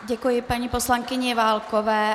Děkuji paní poslankyni Válkové.